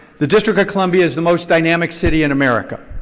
the district of columbia is the most dynamic city in america.